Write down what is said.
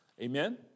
Amen